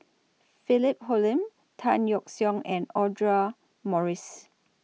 Philip Hoalim Tan Yeok Seong and Audra Morrice